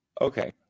Okay